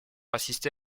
assisté